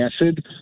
acid